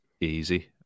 easy